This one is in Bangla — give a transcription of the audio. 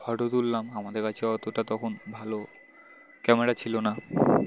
ফটো তুললাম আমাদের কাছে অতটা তখন ভালো ক্যামেরা ছিল না